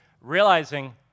realizing